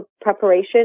preparation